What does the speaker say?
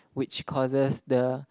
which causes the